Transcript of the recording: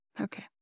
Okay